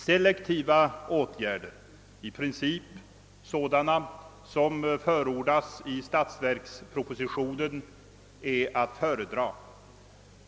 Selektiva åtgärder, i princip sådana som förordas i statsverkspropositionen, är att föredra.